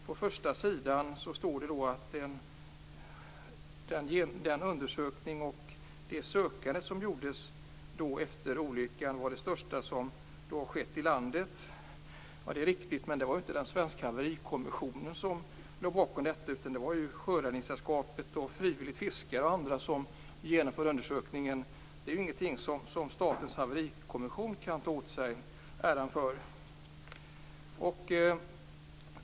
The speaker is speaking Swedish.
På första sidan står det att den eftersökning som gjordes efter olyckan var den största som har skett i landet. Det är riktigt. Men det var inte den svenska haverikommissionen som låg bakom detta, utan det var Sjöräddningssällskapet, frivilliga fiskare och andra som genomförde undersökningen. Det är ingenting som Statens haverikommission kan ta åt sig äran för.